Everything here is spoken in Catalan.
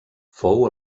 fou